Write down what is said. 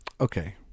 okay